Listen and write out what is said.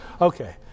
okay